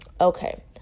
Okay